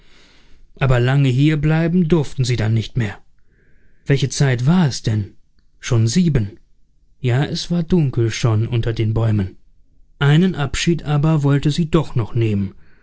aber lange hier bleiben durften sie dann nicht mehr welche zeit war es denn schon sieben ja es war dunkel schon unter den bäumen einen abschied aber wollte sie doch noch nehmen